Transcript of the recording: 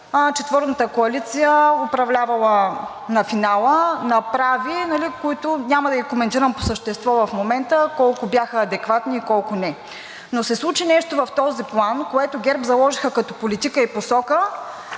четворната коалиция, управлявала на финала, направи, които няма да коментирам по същество в момента колко бяха адекватни и колко не. Но се случи нещо в този план, което ГЕРБ заложиха като политика и посока,